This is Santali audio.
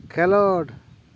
ᱠᱷᱮᱞᱳᱰ